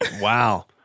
Wow